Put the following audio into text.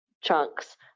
chunks